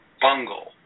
Bungle